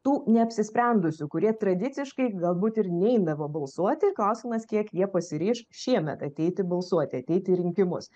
tų neapsisprendusių kurie tradiciškai galbūt ir neidavo balsuoti ir klausimas kiek jie pasiryš šiemet ateiti balsuoti ateiti į rinkimus